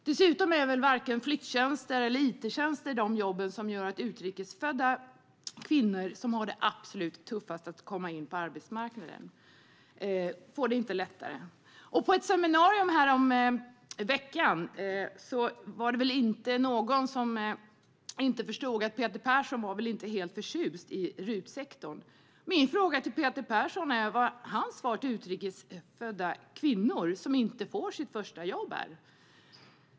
Dessutom är väl varken flyttjänster eller ittjänster de jobb som gör att utrikes födda kvinnor som har det absolut tuffast att komma in på marknaden får det lättare. På ett seminarium häromveckan var det väl ingen som inte förstod att Peter Persson inte var helt förtjust i RUT-sektorn. Jag undrar vad Peter Perssons svar är till de utrikes födda kvinnor som inte får ett första jobb.